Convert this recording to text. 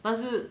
但是